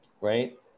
right